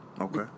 okay